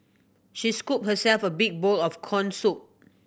she scooped herself a big bowl of corn soup